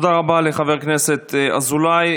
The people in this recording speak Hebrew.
תודה רבה לחבר הכנסת אזולאי.